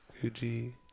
Guji